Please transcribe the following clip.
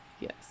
Yes